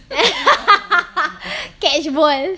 catch ball